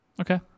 okay